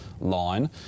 line